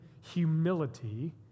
humility